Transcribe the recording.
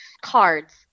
Cards